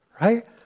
Right